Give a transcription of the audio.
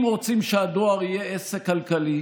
אם רוצים שהדואר יהיה עסק כלכלי,